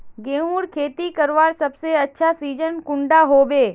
गेहूँर खेती करवार सबसे अच्छा सिजिन कुंडा होबे?